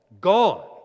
Gone